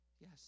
yes